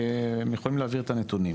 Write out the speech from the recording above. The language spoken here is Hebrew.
הם יכולים להעביר את הנתונים,